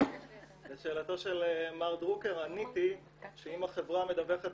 לשאלתו של מר דרוקר עניתי שאם החברה מדווחת